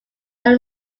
are